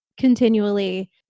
continually